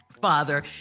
father